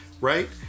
right